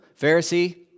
Pharisee